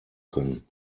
können